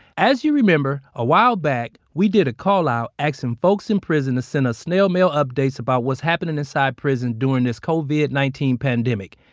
as you remember, a while back we did a call out asking um folks in prison to send a snail mail updates about what's happening inside prison during this covid nineteen pandemic.